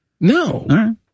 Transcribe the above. No